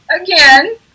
again